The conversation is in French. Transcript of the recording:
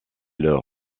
leurs